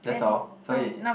that's all so it